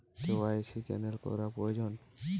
KYC cancel করা প্রয়োজন?